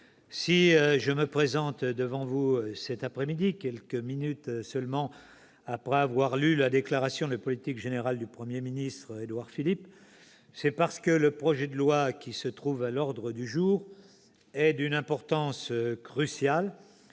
si je me présente devant vous dès cette après-midi, quelques minutes seulement après avoir lu la déclaration de politique générale du Premier ministre, Édouard Philippe, c'est parce que le projet de loi inscrit à l'ordre du jour de votre assemblée est d'une importance cruciale,